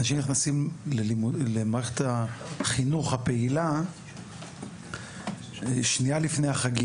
אנשים נכנסים למערכת החינוך הפעילה שניה לפני החגים.